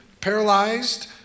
paralyzed